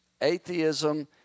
Atheism